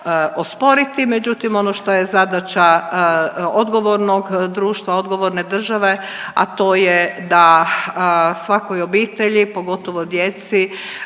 osporiti. Međutim, ono što je zadaća odgovornog društva, odgovorne države a to je da svakoj obitelji pogotovo djeci